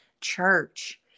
church